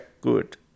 good